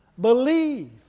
Believe